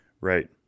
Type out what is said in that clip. Right